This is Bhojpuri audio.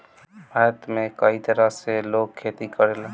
भारत में कई तरह से लोग खेती करेला